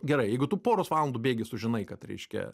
gerai jeigu tu poros valandų bėgy sužinai kad reiškia